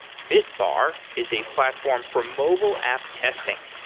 bitbar is a platform for mobile app testing.